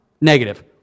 Negative